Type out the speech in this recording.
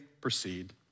proceed